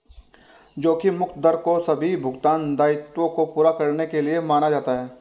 जोखिम मुक्त दर को सभी भुगतान दायित्वों को पूरा करने के लिए माना जाता है